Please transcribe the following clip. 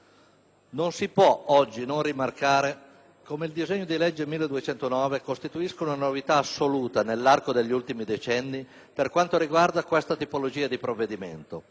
Non si può oggi non rimarcare come il disegno di legge n. 1209 costituisca una novità assoluta, nell'arco degli ultimi decenni, per quanto riguarda questa tipologia di provvedimento.